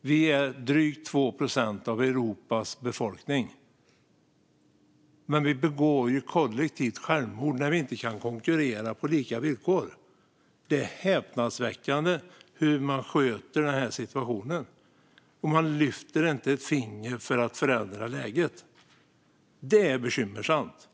Vi är drygt 2 procent av Europas befolkning. Men vi begår kollektivt självmord när vi inte kan konkurrera på lika villkor. Det är häpnadsväckande hur man sköter den här situationen. Man lyfter inte ett finger för att förändra läget. Det är bekymmersamt.